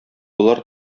болар